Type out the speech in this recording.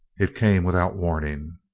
it came without warning.